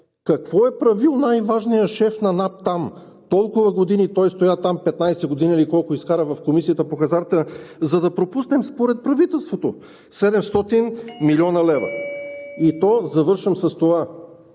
Какво е правил най-важният шеф на НАП там? Толкова години той стоя там – 15 години или колко изкара в Комисията по хазарта, за да пропуснем, според правителството, 700 млн. лв. (Председателят дава